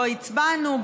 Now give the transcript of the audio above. לא הצבענו,